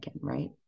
right